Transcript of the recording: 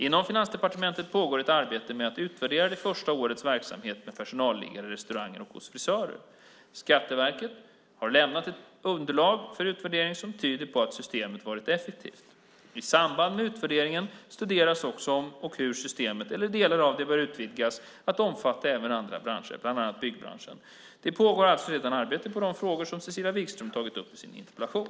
Inom Finansdepartementet pågår ett arbete med att utvärdera det första årets verksamhet med personalliggare i restauranger och hos frisörer. Skatteverket har lämnat ett underlag för utvärderingen som tyder på att systemet varit effektivt. I samband med utvärderingen studeras också om och hur systemet, eller delar av det, bör utvidgas till att omfatta även andra branscher, bland annat byggbranschen. Det pågår alltså redan arbete med de frågor som Cecilia Wigström har tagit upp i sin interpellation.